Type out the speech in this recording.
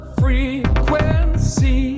frequency